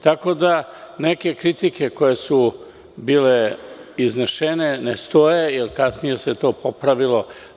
Tako da neke kritike koje su bile iznesene ne stoje, jer kasnije se to popravilo.